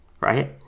right